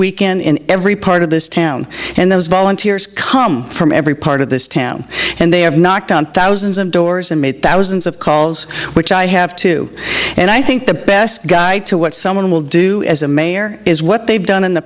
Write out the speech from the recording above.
week in every part of this town and those volunteers come from every part of this town and they have knocked on thousands of doors and made thousands of calls which i have to and i think the best guide to what someone will do as a mayor is what they've done in the